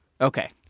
Okay